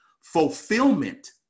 Fulfillment